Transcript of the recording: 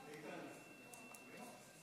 הם מנקים,